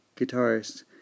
guitarist